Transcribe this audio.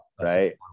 Right